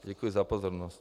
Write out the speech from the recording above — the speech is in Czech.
Děkuji za pozornost.